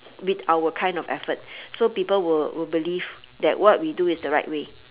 with our kind of effort so people will will believe that what we do is the right way